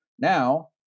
now